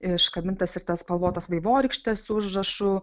iškabintas ir tas spalvotas vaivorykštes su užrašu